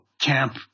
camp